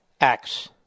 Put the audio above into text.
acts